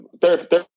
therapy